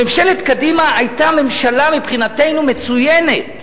ממשלת קדימה היתה ממשלה מבחינתנו מצוינת.